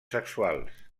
sexuals